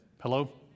Hello